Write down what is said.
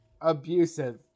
abusive